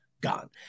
Gone